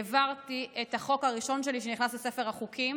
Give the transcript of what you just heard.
העברתי את החוק הראשון שלי שנכנס לספר החוקים,